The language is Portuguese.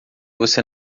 você